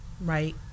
right